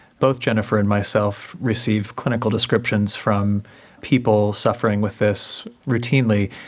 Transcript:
both jennifer and myself receive clinical descriptions from people suffering with this routinely.